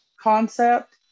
concept